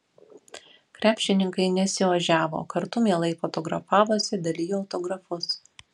krepšininkai nesiožiavo kartu mielai fotografavosi dalijo autografus